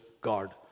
God